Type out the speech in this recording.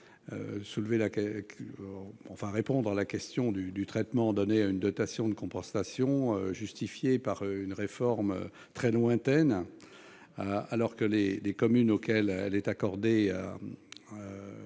résoudre la question du traitement donné à une dotation de compensation justifiée par une réforme très lointaine, alors que la situation des communes auxquelles elle est accordée